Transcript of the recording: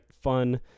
fun